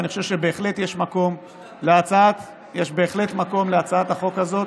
ואני חושב שבהחלט יש מקום להצעת החוק הזאת.